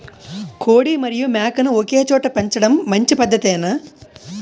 కోడి మరియు మేక ను ఒకేచోట పెంచడం మంచి పద్ధతేనా?